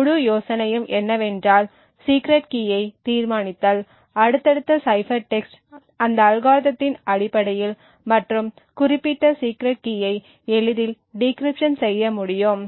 முழு யோசனையும் என்னவென்றால் சீக்ரெட் கீயை தீர்மானித்தல் அடுத்தடுத்த சைபர் டெக்ஸ்ட் அந்த அல்காரிதத்தின் அடிப்படையில் மற்றும் குறிப்பிட்ட சீக்ரெட் கீயை எளிதில் டிகிரிப்ஷன் செய்ய முடியும்